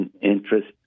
interest